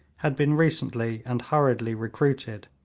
had been recently and hurriedly recruited,